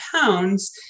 pounds